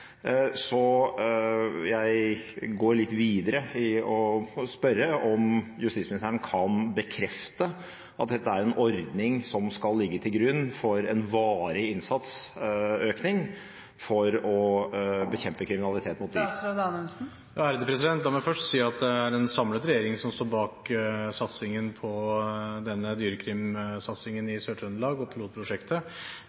Så jeg går litt videre og spør om justisministeren kan bekrefte at dette er en ordning som skal ligge til grunn for en varig innsatsøkning for å bekjempe kriminalitet mot dyr. La meg først si at det er en samlet regjering som står bak denne dyrekrimsatsingen i Sør-Trøndelag og pilotprosjektet.